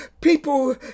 people